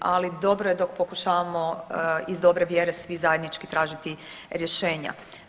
Ali dobro je dok pokušavamo iz dobre vjere svi zajednički tražiti rješenja.